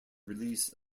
release